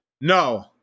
No